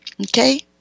Okay